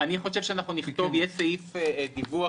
יהיה סעיף דיווח,